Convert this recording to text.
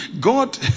God